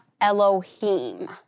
Elohim